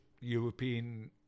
European